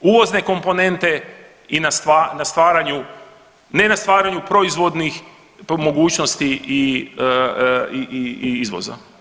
uvozne komponente i na stvaranju, ne na stvaranju proizvodnih mogućnosti i izvoza.